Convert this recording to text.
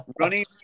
running